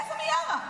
איפה מיארה,